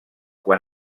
quan